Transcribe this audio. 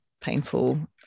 painful